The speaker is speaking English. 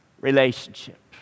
relationship